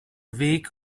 weg